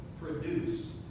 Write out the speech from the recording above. produce